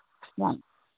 வாங்க